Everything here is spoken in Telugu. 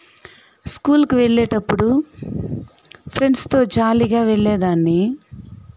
స్కూలుకి వెళ్లేటప్పుడు ఫ్రెండ్స్తో జాలీగా వెళ్ళేదాన్ని